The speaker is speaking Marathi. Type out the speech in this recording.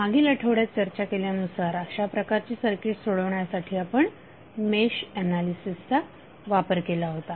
मागील आठवड्यात चर्चा केल्या नुसार अशा प्रकारची सर्किट्स सोडवण्यासाठी आपण मेश ऍनालिसिस चा वापर केला होता